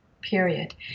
period